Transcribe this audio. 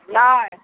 नै